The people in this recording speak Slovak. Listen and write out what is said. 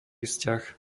vzťah